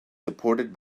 supported